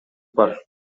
бар